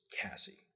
Cassie